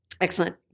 Excellent